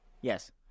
Yes